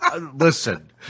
Listen